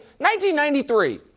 1993